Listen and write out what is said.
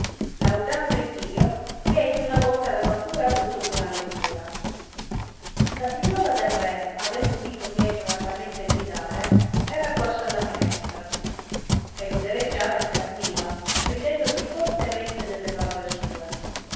laudando iddio che egli una volta aveva pur avuta buona ventura la figliuola del re avendo udito pietro altamente gridare era corsa alla finestra e leggiava e scherniva ridendosi fortemente delle parole sue